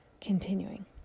Continuing